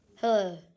Hello